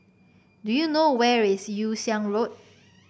do you know where is Yew Siang Road